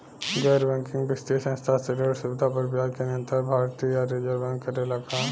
गैर बैंकिंग वित्तीय संस्था से ऋण सुविधा पर ब्याज के नियंत्रण भारती य रिजर्व बैंक करे ला का?